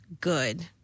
good